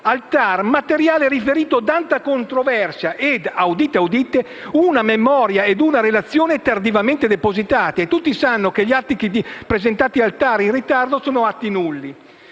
al TAR materiare riferito ad altra controversia e - udite, udite - «una memoria ed una relazione tardivamente depositate». E tutti sanno che gli atti presentati in ritardo al TAR sono nulli.